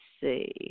see